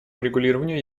урегулированию